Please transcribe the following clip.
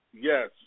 Yes